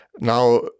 Now